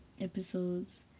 episodes